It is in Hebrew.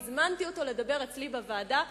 והזמנתי אותו לדבר אצלי בוועדה,